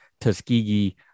Tuskegee